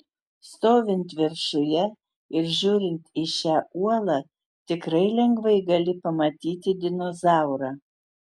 stovint viršuje ir žiūrint į šią uolą tikrai lengvai gali pamatyti dinozaurą